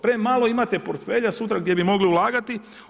Premalo imate portfelja sutra gdje bi mogli ulagati.